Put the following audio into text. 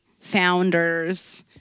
founder's